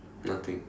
nothing